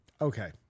Okay